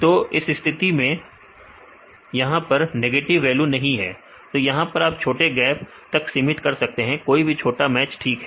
तो इस स्थिति में यहां पर कोई नेगेटिव वैल्यू नहीं है तो यहां पर आप छोटे गैप तक सीमित कर सकते हैं कोई भी छोटा मैच ठीक है